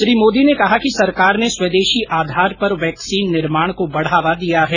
उन्होंने कहा कि सरकार ने स्वदेशी आधार पर वैक्सीन निर्माण को बढ़ावा दिया है